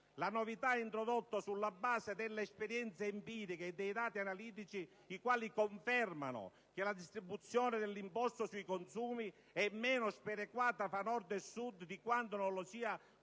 La novità è introdotta sulla base dell'esperienza empirica e dei dati analitici i quali confermano che la distribuzione dell'imposta sui consumi è meno sperequata fra Nord e Sud di quanto non lo sia quella